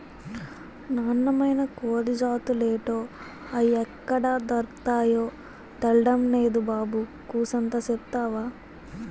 నాన్నమైన కోడి జాతులేటో, అయ్యెక్కడ దొర్కతాయో తెల్డం నేదు బాబు కూసంత సెప్తవా